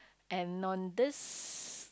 and on this